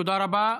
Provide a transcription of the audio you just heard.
תודה רבה.